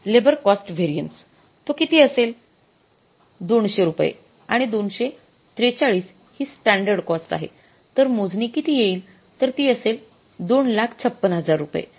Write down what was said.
labour cost variance तो किती असेल २०० रुपये आणि २४३ हि स्टॅंडर्ड कॉस्ट आहे तर मोजणी किती येईल तर ती असेल २५६००० रुपये